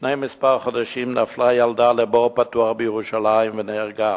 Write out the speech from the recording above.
לפני כמה חודשים נפלה ילדה לבור פתוח בירושלים ונהרגה,